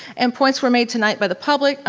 and points were made tonight by the public,